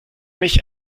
mich